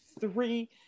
three